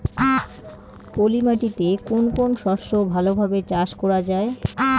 পলি মাটিতে কোন কোন শস্য ভালোভাবে চাষ করা য়ায়?